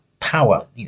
Power